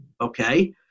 okay